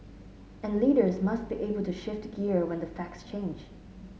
and leaders must be able to shift gear when the facts change